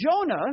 Jonah